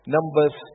Numbers